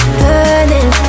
burning